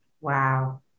Wow